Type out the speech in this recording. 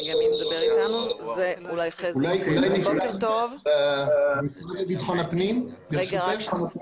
אולי נפתח עם המשרד לביטחון הפנים, ברשותך.